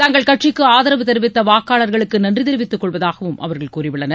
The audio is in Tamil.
தங்கள் கட்சிக்கு ஆதரவு தெரிவித்த வாக்காளர்களுக்கு நன்றி தெரிவித்துக் கொள்வதாகவும் அவர்கள் கூறியுள்ளனர்